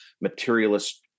materialist